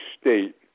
state